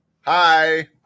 Hi